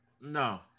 no